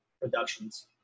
Productions